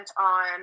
on